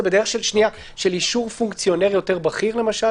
בדרך של אישור פונקציונר יותר בכיר למשל,